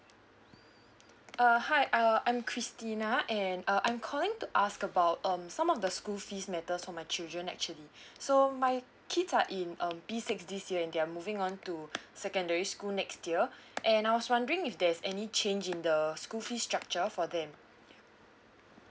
uh hi uh I'm christina and uh I'm calling to ask about um some of the school fees matters for my children actually so my kids are in um p six this year and they're moving on to secondary school next year and I was wondering if there's any change in the school fees structure for them